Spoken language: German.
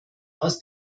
aus